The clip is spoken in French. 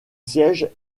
siège